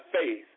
faith